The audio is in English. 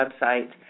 website